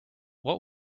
what